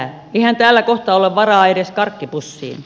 eihän täällä kohta ole varaa edes karkkipussiin